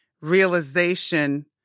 realization